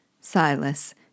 Silas